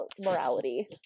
morality